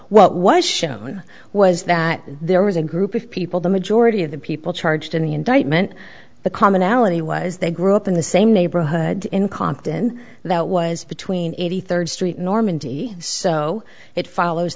what was shown was that there was a group of people the majority of the people charged in the indictment the commonality was they grew up in the same neighborhood in compton that was between eighty third street normandy so it follows